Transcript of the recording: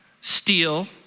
steal